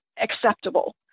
acceptable